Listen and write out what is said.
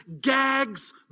gags